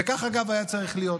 וכך אגב היה צריך להיות.